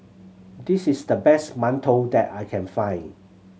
this is the best mantou that I can find